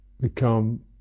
become